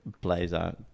blazer